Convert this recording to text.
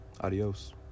Adios